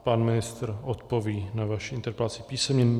Pan ministr odpoví na vaši interpelaci písemně.